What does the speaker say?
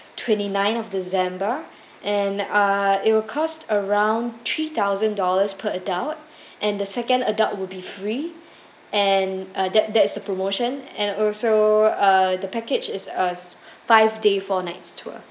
twenty ninth of december and err it will cost around three thousand dollars per adult and the second adult will be free and uh that's that's the promotion and also uh the package is uh five day four nights tour